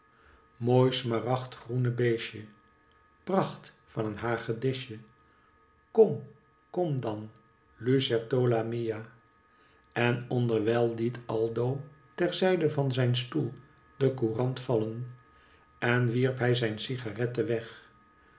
mooi smaragdgroene beestje pracht van een hagedisje kom kom dan lucertola mia en onderwijl het aldo ter zijde van zijn stoel de courant vallen en wierp hij zijn cigarette weg